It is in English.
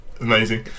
amazing